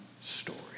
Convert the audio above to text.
story